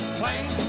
plane